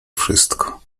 wszystko